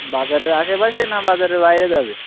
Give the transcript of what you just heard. বাজারের আশেপাশে না বাজারের বাইরে যাবে